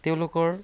তেওঁলোকৰ